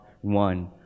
one